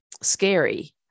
scary